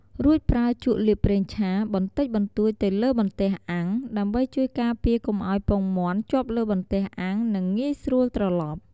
រួចប្រើជក់លាបប្រេងឆាបន្តិចបន្តួចទៅលើបន្ទះអាំង ដើម្បីជួយការពារកុំឱ្យពងមាន់ជាប់លើបន្ទះអាំង និងងាយស្រួលត្រឡប់។